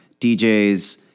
DJs